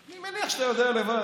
אני מניח שאתה יודע לבד.